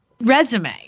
resume